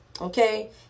Okay